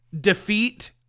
defeat